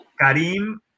Karim